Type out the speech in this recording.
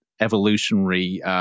evolutionary